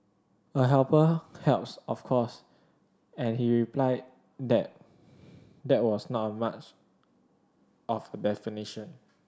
a helper helps of course and he replied that that was not much of the